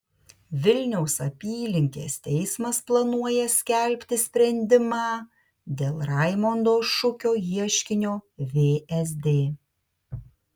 vilniaus apylinkės teismas planuoja skelbti sprendimą dėl raimondo šukio ieškinio vsd